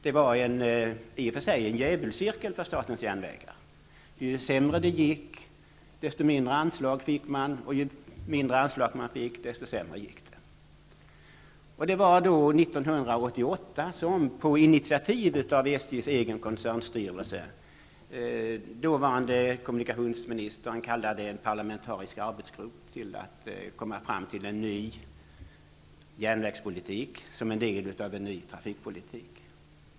Det var i och för sig en djävulscirkel för statens järnvägar; ju sämre det gick, desto mindre anslag fick man, och ju mindre anslag man fick, desto sämre gick det. Det var 1988 som dåvarande kommunikationsministern, på initiativ av SJ:s egen koncernstyrelse, kallade en parlamentarisk arbetsgrupp att komma fram till en ny järnvägspolitik, som en del av en ny trafikpolitik.